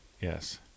Yes